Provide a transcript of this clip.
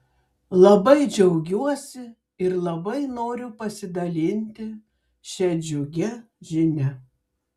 labai džiaugiuosi ir labai noriu pasidalinti šia džiugia žinia